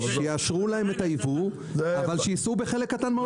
שיאשרו להם את הייבוא אבל שיישאו בחלק קטן מההוצאות.